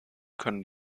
könnten